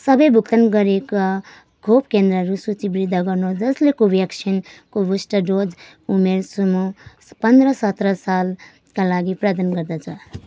सबै भुक्तान गरिएका खोप केन्द्रहरू सूचीबद्ध गर्नुहोस् जसले कोभ्याक्सिनको बुस्टर डोज उमेर समूह पन्ध्र सत्र सालका लागि प्रदान गर्दछ